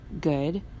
good